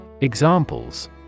Examples